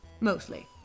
Mostly